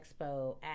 expo